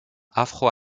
afro